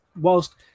Whilst